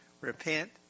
Repent